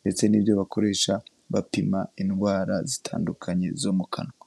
ndetse n'ibyo bakoresha bapima indwara zitandukanye zo mu kanwa.